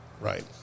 right